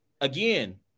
Again